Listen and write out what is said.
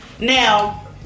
Now